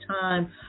time